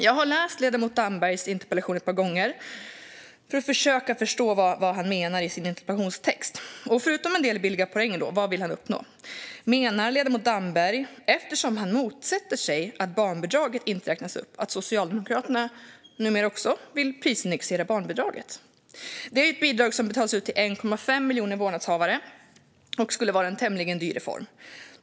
Jag har läst ledamoten Dambergs interpellation ett par gånger för att försöka förstå vad han menar. Vad vill han uppnå, förutom en del billiga poäng? Menar ledamoten Damberg, eftersom han motsätter sig att barnbidraget inte räknas upp, att Socialdemokraterna numera också vill prisindexera barnbidraget? Det är ett bidrag som betalas ut till 1,5 miljoner vårdnadshavare, och det skulle vara en tämligen dyr reform.